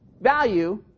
value